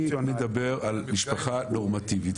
אני מדבר על משפחה נורמטיבית.